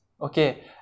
okay